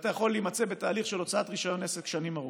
ואתה יכול להימצא בתהליך של הוצאת רישיון עסק שנים ארוכות.